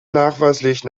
nachweislich